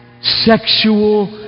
sexual